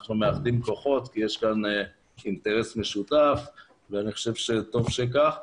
ואנחנו מאחדים כוחות כי יש כאן אינטרס משותף ואני חושב שטוב שכך.